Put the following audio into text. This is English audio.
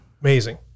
amazing